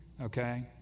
okay